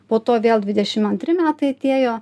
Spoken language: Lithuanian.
po to vėl didešim antri metai atėjo